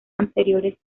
anteriores